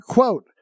Quote